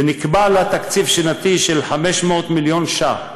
ונקבע לה תקציב שנתי של 500 מיליון ש"ח